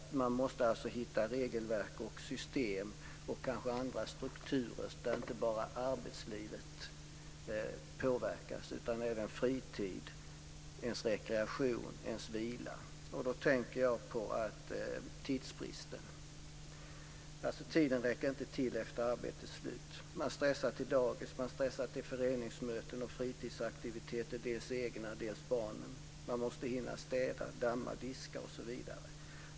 Man måste alltså hitta regelverk och system och kanske också andra strukturer där inte bara arbetslivet utan även fritiden och ens rekreation och vila påverkas. Jag tänker då på tidsbristen. Tiden efter arbetets slut räcker inte till. Man stressar till dagis, till föreningsmöten och till fritidsaktiviteter - dels egna, dels barnens. Man måste också hinna städa, damma, diska osv.